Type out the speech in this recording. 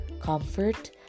comfort